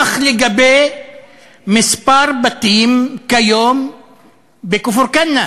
כך לגבי כמה בתים כיום בכפר-כנא